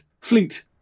Fleet